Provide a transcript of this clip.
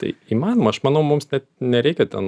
tai įmanoma aš manau mums net nereikia ten